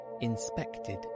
inspected